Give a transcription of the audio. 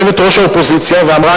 יושבת-ראש האופוזיציה ואמרה,